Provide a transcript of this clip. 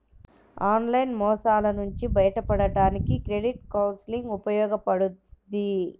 online మోసాల నుంచి బయటపడడానికి క్రెడిట్ కౌన్సిలింగ్ ఉపయోగపడుద్ది